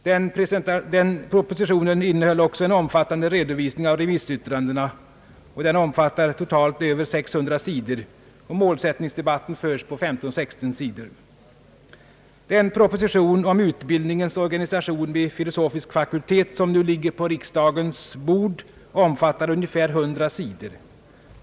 Den propositionen innehöll också en omfattande redovisning av remissyttrandena den omfattar totalt över 600 sidor. Målsättningsdebatten föres på 15—16 sidor. Den proposition om utbildningens organisation vid filosofisk fakultet som nu ligger på riksdagens bord omfattar ungefär 100 sidor.